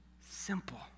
simple